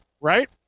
right